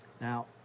Now